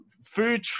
Food